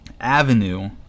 avenue